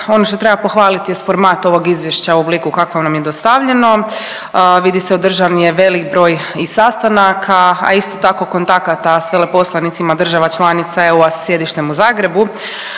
ono što treba pohvaliti jest format ovog izvješća u obliku kakvo nam je dostavljeno, vidi se održan je i velik broj i sastanaka, a isto tako kontakata s veleposlanicima država članica EU-a sa sjedištem u Zagrebu